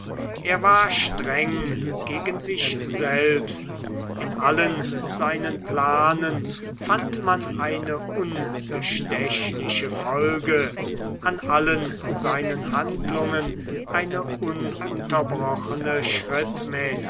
er war streng gegen sich selbst in allen seinen planen fand man eine unbestechliche folge an allen seinen handlungen eine ununterbrochene